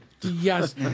Yes